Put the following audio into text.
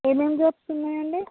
ఏమేమి జాబ్స్ ఉన్నాయండి